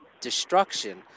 destruction